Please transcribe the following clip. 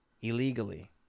Illegally